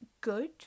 good